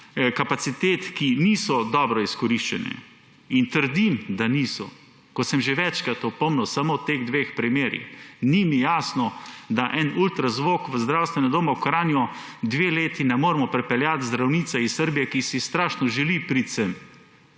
kapacitet, ki niso dobro izkoriščene. In trdim, da niso, kot sem že večkrat opomnil samo v teh dveh primerih. Ni mi jasno, da za en ultrazvok v zdravstvenem domu v Kranju dve leti ne moremo pripeljati zdravnice iz Srbije, ki si strašno želi priti sem,